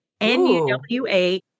N-U-W-A